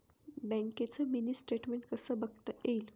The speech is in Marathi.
बँकेचं मिनी स्टेटमेन्ट कसं बघता येईल?